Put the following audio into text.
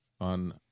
on